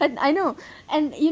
I know and you know